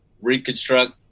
reconstruct